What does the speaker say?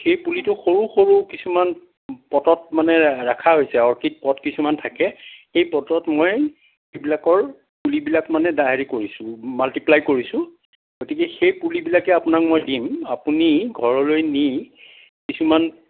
সেই পুলিটো সৰু সৰু কিছুমান পটত মানে ৰখা হৈছে অৰ্কিড পট কিছুমান থাকে সেই পটত মই সেইবিলাকৰ পুলিবিলাক মানে হেৰি কৰিছোঁ মাল্টিপ্লাই কৰিছোঁ গতিকে সেই পুলিবিলাকে আপোনাক মই দিম আপুনি ঘৰলৈ নি কিছুমান